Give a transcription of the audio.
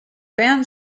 band